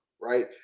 right